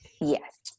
Yes